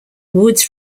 woods